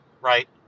right